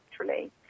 naturally